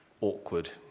awkward